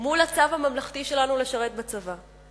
מול הצו הממלכתי שלנו לשרת בצבא?